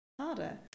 harder